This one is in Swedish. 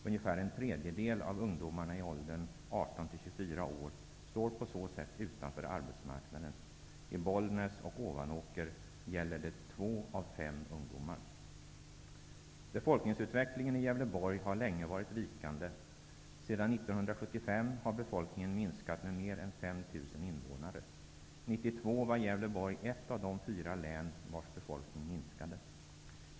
Ungefär en tredjedel av ungdomarna i åldern 18--24 år står på så sätt utanför arbetsmarknaden. I Bollnäs och Ovanåker gäller det två av fem ungdomar. Befolkningsutvecklingen i Gävleborg har länge varit vikande. Sedan 1975 har befolkningen minskat med mer än 5 000 invånare. År 1992 var Gävleborg ett av de fyra län vars befolkning minskade.